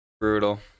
Brutal